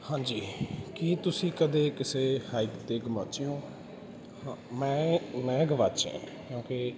ਹਾਂਜੀ ਕੀ ਤੁਸੀਂ ਕਦੇ ਕਿਸੇ ਹਾਈਕ 'ਤੇ ਗੁਆਚੇ ਹੋ ਹਾਂ ਮੈਂ ਮੈਂ ਗੁਆਚਿਆ ਕਿਉਂਕਿ